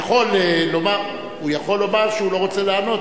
הוא יכול לומר שהוא לא רוצה לענות,